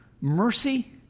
mercy